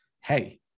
hey